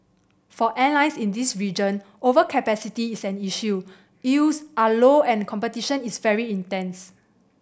for airlines in this region overcapacity is an issue yields are low and competition is very intense